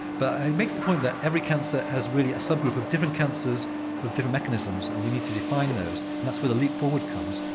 but it makes the point that every cancer has really a sub-group of different cancers with different mechanisms, and we need to define those. and that's where the leap forward comes.